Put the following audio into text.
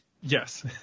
Yes